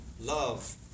Love